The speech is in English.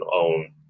own